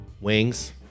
Wings